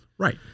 Right